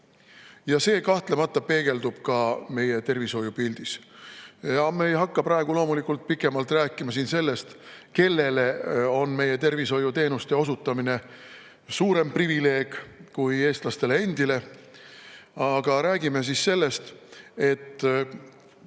ja see kahtlemata peegeldub ka meie tervishoiupildis. Me ei hakka praegu loomulikult pikemalt rääkima sellest, kellele on meie tervishoiuteenuste osutamine suurem privileeg kui eestlastele endile. Aga räägime siis sellest, et